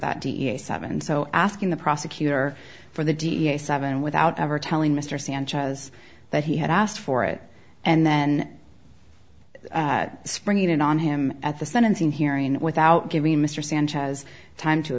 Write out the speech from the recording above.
da seven so asking the prosecutor for the da seven without ever telling mr sanchez that he had asked for it and then springing it on him at the sentencing hearing without giving mr sanchez time to